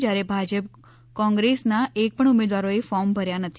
જયારે ભાજપ કોંગ્રેસ ના એક પણ ઉમેદવારો એ ફોર્મ ભર્યા નથી